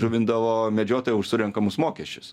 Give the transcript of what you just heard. įžuvindavo medžiotojai už surenkamus mokesčius